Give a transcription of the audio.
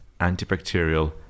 antibacterial